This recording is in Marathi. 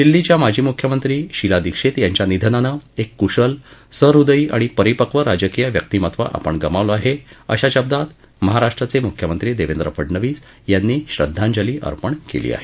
दिल्लीच्या माजी मुख्यमंत्री श्रीमती शीला दीक्षित यांच्या निधनानं एक कृशल सहृदयी आणि परीपक्व राजकीय व्यक्तिमत्त्व आपण गमावलं आहे अशा शब्दात मुख्यमंत्री देवेंद्र फडणनवीस यांनी श्रद्धांजली अर्पण केली आहे